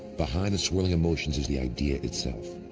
behind the swirling emotions is the idea itself,